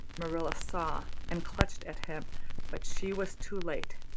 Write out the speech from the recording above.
marilla saw and clutched at him but she was too late.